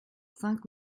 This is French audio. cinq